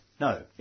No